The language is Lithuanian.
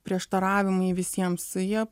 prieštaravimai visiems jie